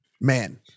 Man